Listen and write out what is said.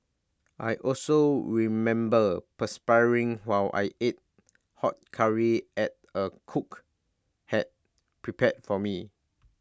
I also remember perspiring while I ate hot Curry at A cook had prepared for me